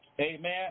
Amen